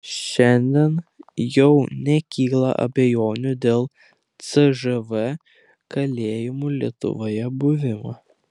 šiandien jau nekyla abejonių dėl cžv kalėjimų lietuvoje buvimo